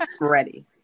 ready